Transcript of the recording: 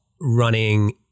running